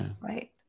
right